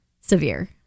severe